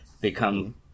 Become